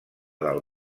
del